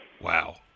wow